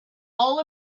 all